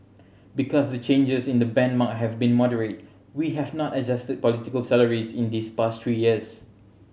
because the changes in the benchmark have been moderate we have not adjusted political salaries in these past three years